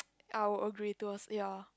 I'll agree towards ya